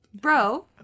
Bro